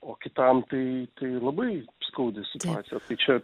o kitam tai tai labai skaudi situacija tai čia